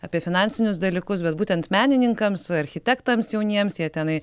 apie finansinius dalykus bet būtent menininkams architektams jauniems jie tenai